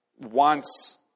wants